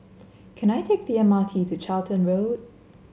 can I take the M R T to Charlton Road